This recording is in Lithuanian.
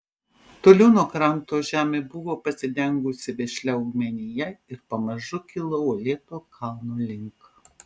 toliau nuo kranto žemė buvo pasidengusi vešlia augmenija ir pamažu kilo uolėto kalno link